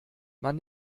man